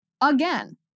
again